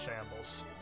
shambles